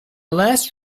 last